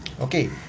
Okay